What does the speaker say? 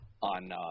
on